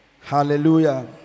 Hallelujah